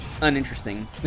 uninteresting